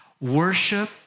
Worship